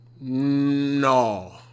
No